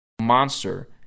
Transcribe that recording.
monster